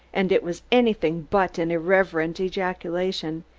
and it was anything but an irreverent ejaculation.